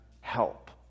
help